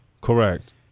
Correct